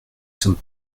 sommes